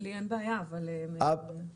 לי אין בעיה, אבל בהנחה ולא.